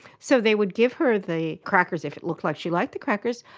so they would give her the crackers if it looked like she liked the crackers,